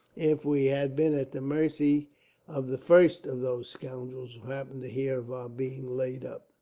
if we had been at the mercy of the first of those scoundrels who happened to hear of our being laid up.